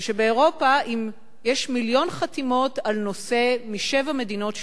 זה שבאירופה: אם יש מיליון חתימות על נושא משבע מדינות שונות,